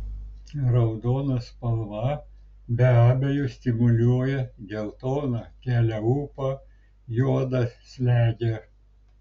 raudona spalva be abejo stimuliuoja geltona kelia ūpą juoda slegia